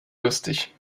lustig